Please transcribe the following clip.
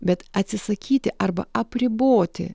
bet atsisakyti arba apriboti